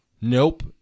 Nope